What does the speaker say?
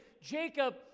Jacob